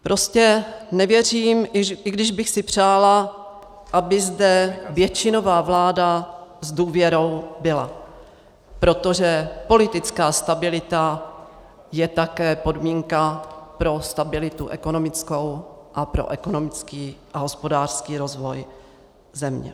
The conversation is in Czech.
Prostě nevěřím, i když bych si přála, aby zde většinová vláda s důvěrou byla, protože politická stabilita je také podmínka pro stabilitu ekonomickou a pro ekonomický a hospodářský rozvoj země.